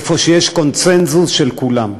איפה שיש קונסנזוס של כולם.